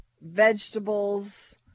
vegetables